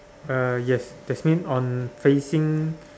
uh yes that's mean on facing